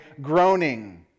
groaning